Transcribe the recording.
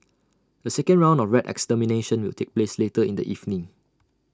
A second round of rat extermination will take place later in the evening